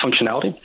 functionality